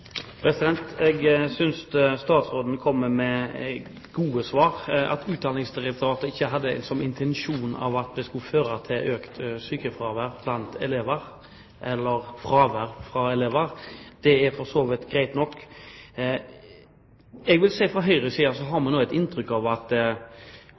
ungdomsskolen. Jeg synes statsråden kommer med gode svar. At Utdanningsdirektoratet ikke hadde som intensjon at det skulle føre til økt fravær blant elever, det er for så vidt greit nok. Fra Høyres side har